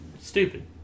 stupid